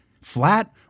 Flat